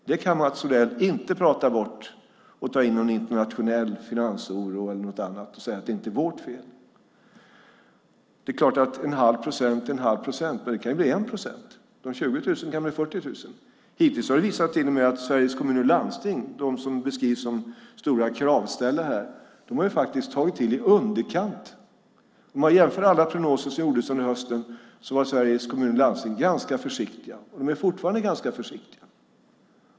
Det kan Mats Odell inte prata bort och ta in någon internationell finansoro eller något annat och säga att det inte är regeringens fel. 1⁄2 procent är 1⁄2 procent. Men det kan bli 1 procent. De 20 000 kan bli 40 000. Hittills har det visat sig att Sveriges Kommuner och Landsting - de som beskrivs som stora kravställare - har tagit till i underkant. Om man jämför alla prognoser som gjordes under hösten var Sveriges Kommuner och Landsting ganska försiktiga. De är fortfarande ganska försiktiga.